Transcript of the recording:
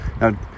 Now